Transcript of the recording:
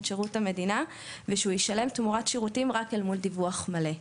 שירות המדינה ושהוא ישלם תמורת שירותים רק אל מול דיווח מלא.